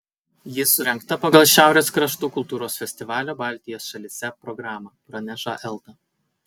ji surengta pagal šiaurės kraštų kultūros festivalio baltijos šalyse programą praneša elta